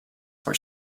for